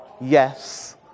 yes